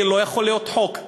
זה לא יכול להיות חוק,